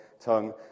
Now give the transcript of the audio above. tongue